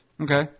Okay